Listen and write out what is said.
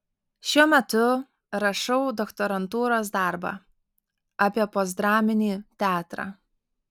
šiuo metu rašau doktorantūros darbą apie postdraminį teatrą